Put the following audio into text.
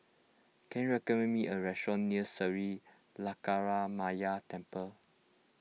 can you recommend me a restaurant near Sri Lankaramaya Temple